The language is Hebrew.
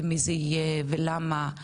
ומי זה יהיה ולמה,